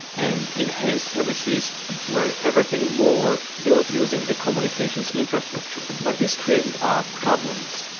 and enhanced services were everything more built using the communications infrastructure. but this created odd problems.